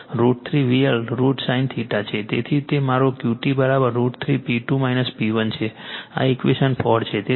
તેથી તે મારો QT √ 3 P2 P1 છે આ ઇક્વેશન 4 છે